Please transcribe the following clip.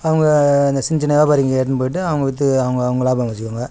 அவங்க இந்த சின் சின்ன வியாபாரிங்கள் எட்டுனு போய்விட்டு அவங்க விற்று அவங்க அவங்க லாபம் வைச்சுக்குவாங்க